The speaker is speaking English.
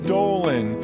Dolan